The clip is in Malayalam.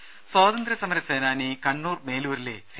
രുമ സ്വാതന്ത്ര്യ സമരസേനാനി കണ്ണൂർ മേലൂരിലെ സി